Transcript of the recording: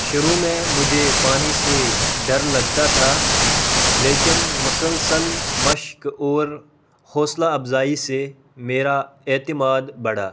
شروع میں مجھے پانی سے ڈر لگتا تھا لیکن مسلسل مشق اور حوصلہ افزائی سے میرا اعتماد بڑھا